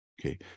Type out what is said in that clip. Okay